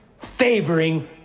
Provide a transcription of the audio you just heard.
favoring